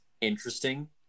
interesting